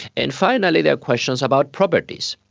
and finally there are questions about properties.